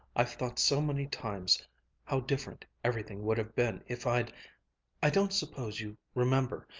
i've thought so many times how different everything would have been if i'd i don't suppose you remember,